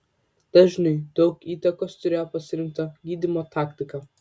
dažniui daug įtakos turėjo pasirinkta gydymo taktika